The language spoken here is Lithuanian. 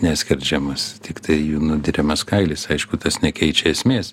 neskerdžiamos tiktai nudiriamas kailis aišku tas nekeičia esmės